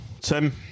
Tim